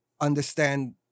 understand